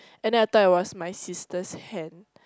and then I thought it was my sister's hand